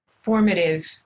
Formative